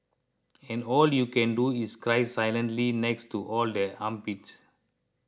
and all you can do is cry silently next to all the armpits